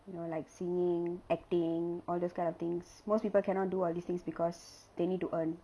you know like singing acting all those kind of things most people cannot do all these things because they need to earn